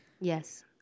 Yes